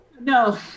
No